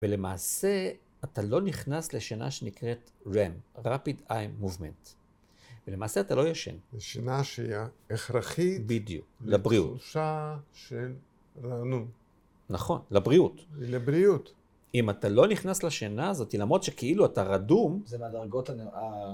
ולמעשה אתה לא נכנס לשנה שנקראת רם, רפיד איי מובמנט. ולמעשה אתה לא ישן. לשינה שהיא הכרחית... בדיוק, לבריאות. לסלושה של רענון. נכון, לבריאות. לבריאות. אם אתה לא נכנס לשינה, זאת תלמוד שכאילו אתה רדום... זה מהדרגות הנראה.